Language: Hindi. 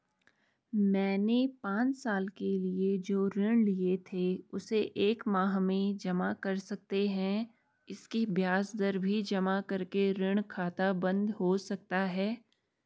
मैंने पांच साल के लिए जो ऋण लिए थे उसे एक माह में जमा कर सकते हैं इसकी ब्याज दर भी जमा करके ऋण खाता बन्द हो सकता है?